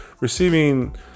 receiving